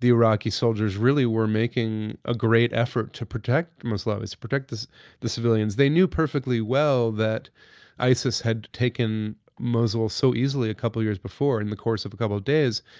the iraqi soldiers really were making a great effort to protect moslawis, to protect the the civilians. they knew perfectly well that isis had taken mosul so easily a couple of years before in the course of a couple of days,